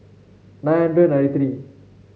nine hundred ninety three